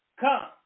Come